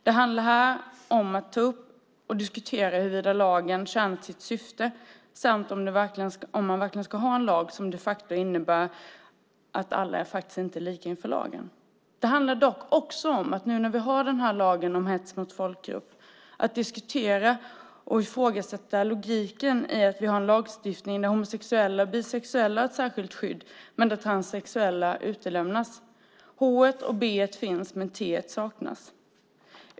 Det handlar om att ta upp och diskutera huruvida lagen tjänar sitt syfte samt om man verkligen ska ha en lag som de facto innebär att alla faktiskt inte är lika inför lagen. Det handlar dock också om att nu när vi har lagen om hets mot folkgrupp diskutera och ifrågasätta logiken i att vi har en lagstiftning där homosexuella och bisexuella har ett särskilt skydd men där transsexuella utelämnas. H och B finns men T saknas.